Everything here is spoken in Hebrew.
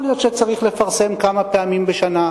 יכול להיות שצריך לפרסם כמה פעמים בשנה,